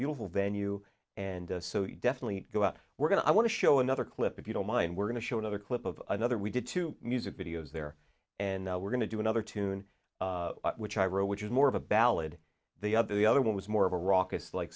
beautiful venue and so you definitely go out we're going to i want to show another clip if you don't mind we're going to show another clip of another we did to music videos there and now we're going to do another tune which i wrote which is more of a ballad the other the other one was more of a raucous like